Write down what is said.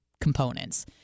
components